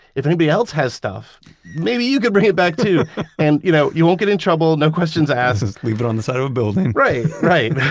if anybody else has stuff maybe you could bring it back too and, you know, you won't get in trouble, no questions asked and leave it on the side of the building right. right.